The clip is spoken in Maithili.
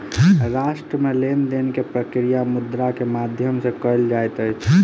राष्ट्र मे लेन देन के प्रक्रिया मुद्रा के माध्यम सॅ कयल जाइत अछि